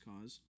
cause